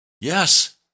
Yes